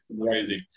amazing